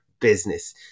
business